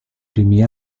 primi